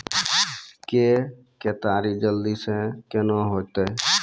के केताड़ी जल्दी से के ना होते?